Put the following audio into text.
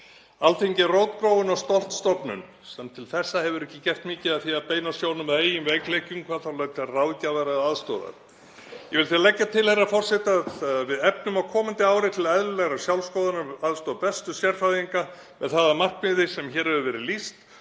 Alþingi er rótgróin og stolt stofnun sem til þessa hefur ekki gert mikið af því að beina sjónum að eigin veikleikum, hvað þá að leita ráðgjafar eða aðstoðar. Ég vil því leggja til, herra forseti, að við efnum á komandi ári til eðlilegrar sjálfsskoðunar með aðstoð bestu sérfræðinga með það að markmiði sem hér hefur verið lýst